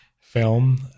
film